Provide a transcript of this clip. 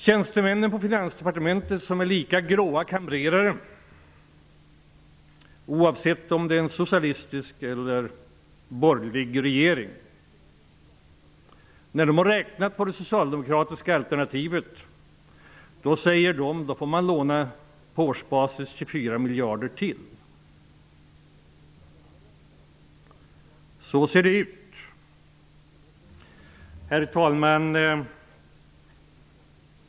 Tjänstemännen på Finansdepartementet, som är lika gråa kamrerare oavsett om det är en socialistisk eller borgerlig regering, har räknat på det socialdemokratiska alternativet. De säger att det leder till att vi får låna 24 miljarder till på årsbasis. Så ser det ut. Herr talman!